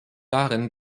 darin